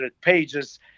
pages